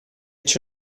che